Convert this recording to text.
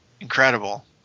incredible